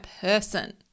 person